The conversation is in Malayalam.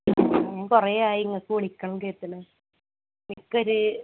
കുറെയായി ഇങ്ങൾക്ക് വിളിക്കണം കേൾക്കണ് എനിക്കൊരു